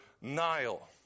Nile